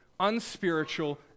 unspiritual